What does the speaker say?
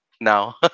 now